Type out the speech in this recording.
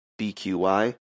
BQY